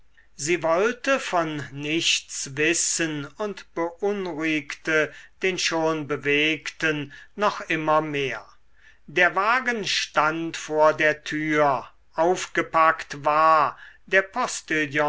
sie wollte von nichts wissen und beunruhigte den schon bewegten noch immer mehr der wagen stand vor der tür aufgepackt war der